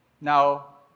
now